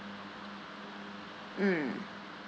mm